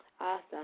Awesome